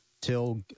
till